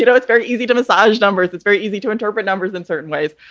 you know it's very easy to miss large numbers. it's very easy to interpret numbers in certain ways,